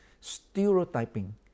stereotyping